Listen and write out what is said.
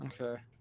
Okay